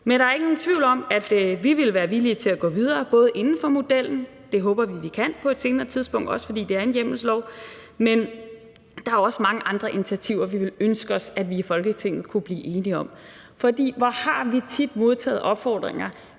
Men der er ingen tvivl om, at vi ville være villige til at gå videre, både inden for modellen – det håber vi at vi kan på et senere tidspunkt; også fordi det er en hjemmelslov – men der er også mange andre initiativer, vi ville ønske at vi i Folketinget kunne blive enige om. For hvor har vi tit modtaget opfordringer